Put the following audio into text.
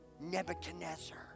Nebuchadnezzar